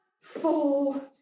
fall